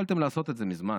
יכולתם לעשות את זה מזמן,